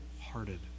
hearted